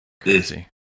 Crazy